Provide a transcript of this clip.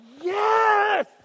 yes